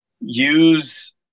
use